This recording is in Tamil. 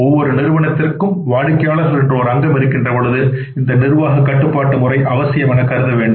ஒவ்வொரு நிறுவனத்திற்கும் வாடிக்கையாளர் என்று ஒரு அங்கம் இருக்கின்ற பொழுது இந்த நிர்வாக கட்டுப்பாட்டு முறை அவசியம் என கருத வேண்டும்